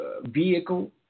vehicle